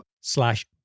slash